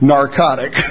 Narcotic